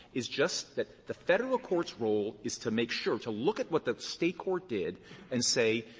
is just that the federal court's role is to make sure to look at what the state court did and say,